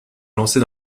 lancer